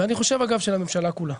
ואני חושב, אגב, של הממשלה כולה.